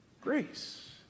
Grace